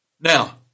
Now